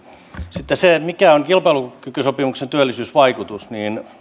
sitten mikä on kilpailukykysopimuksen työllisyysvaikutus